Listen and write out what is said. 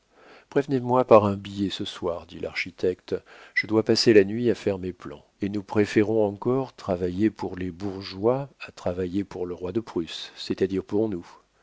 prévenez moi par un billet ce soir dit l'architecte je dois passer la nuit à faire mes plans et nous préférons encore travailler pour les bourgeois à travailler pour le roi de prusse c'est-à-dire pour nous